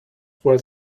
were